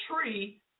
tree